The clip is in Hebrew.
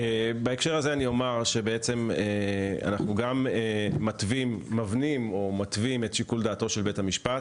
בהקשר הזה אני אומר שאנחנו מבנים או מתווים את שיקול דעתו של בית המשפט